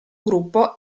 gruppo